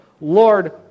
Lord